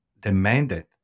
demanded